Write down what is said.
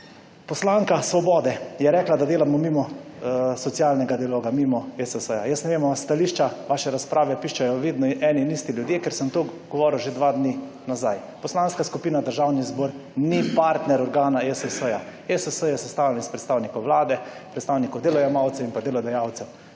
Poslanka Svobode je rekla, da delamo mimo socialnega dialoga, mimo ESS-ja. Jaz ne vem ali vam stališča, vaše razprave pišejo vedno eni in isti ljudje, ker sem to govoril že dva dni nazaj. Poslanska skupina, Državni zbor ni partner organa ESS-ja. ESS je sestavljen iz predstavnikov vlade, predstavnikov delojemalcev in pa delodajalcev.